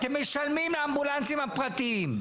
אתם משלמים לאמבולנסים הפרטיים.